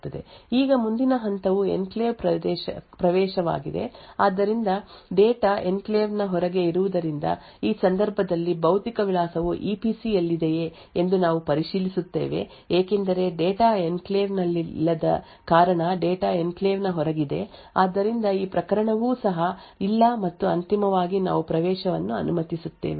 ಈಗ ಮುಂದಿನ ಹಂತವು ಎನ್ಕ್ಲೇವ್ ಪ್ರವೇಶವಾಗಿದೆ ಆದ್ದರಿಂದ ಡೇಟಾವು ಎನ್ಕ್ಲೇವ್ ನ ಹೊರಗೆ ಇರುವುದರಿಂದ ಈ ಸಂದರ್ಭದಲ್ಲಿ ಭೌತಿಕ ವಿಳಾಸವು ಇಪಿಸಿ ಯಲ್ಲಿದೆಯೇ ಎಂದು ನಾವು ಪರಿಶೀಲಿಸುತ್ತೇವೆ ಏಕೆಂದರೆ ಡೇಟಾ ಎನ್ಕ್ಲೇವ್ ನಲ್ಲಿಲ್ಲದ ಕಾರಣ ಡೇಟಾ ಎನ್ಕ್ಲೇವ್ ನ ಹೊರಗಿದೆ ಆದ್ದರಿಂದ ಈ ಪ್ರಕರಣವೂ ಸಹ ಇಲ್ಲ ಮತ್ತು ಅಂತಿಮವಾಗಿ ನಾವು ಪ್ರವೇಶವನ್ನು ಅನುಮತಿಸುತ್ತೇವೆ